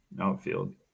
outfield